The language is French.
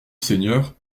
seigneur